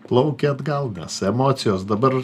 plaukia atgal nes emocijos dabar